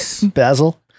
Basil